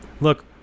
look